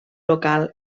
local